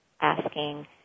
asking